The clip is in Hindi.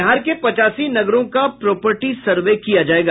बिहार के पचासी नगरों का प्रॉपर्टी सर्वे किया जायेगा